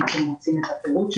אם אתם רוצים את הפירוט שלהן.